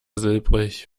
silbrig